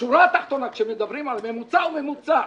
בשורה התחתונה כשמדברים על ממוצע הוא ממוצע,